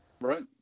right